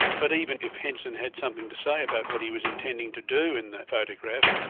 but even if henson had something to say about what he was intending to do in the photograph,